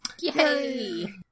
Yay